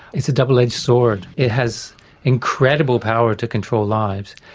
it's a double-edged sword, it has incredible power to control lives,